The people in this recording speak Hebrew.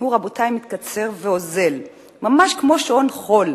רבותי, מתקצר והולך, ממש כמו שעון חול,